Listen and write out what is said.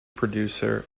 producer